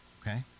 okay